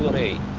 a